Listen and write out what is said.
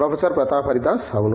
professor Pratap Haridas అవును